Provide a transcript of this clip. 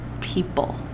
people